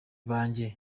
banjye